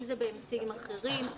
אם זה באמצעים אחרים.